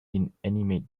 inanimate